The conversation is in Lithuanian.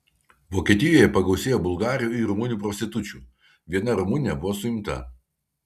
vokietijoje pagausėjo bulgarių ir rumunių prostitučių viena rumunė buvo suimta